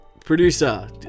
Producer